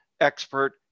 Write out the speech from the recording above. expert